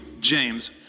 James